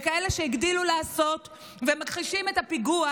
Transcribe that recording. וכאלה שהגדילו לעשות ומכחישים את הפיגוע